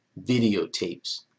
videotapes